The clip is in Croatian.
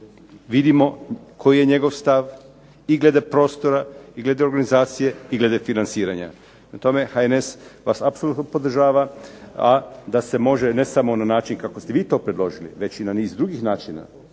vidimo koji je njegov stav i glede prostora i glede organizacije i glede financiranja. Prema tome, HNS vas apsolutno podržava, a da se može ne samo na način kako ste vi to predložili već i na niz drugih načina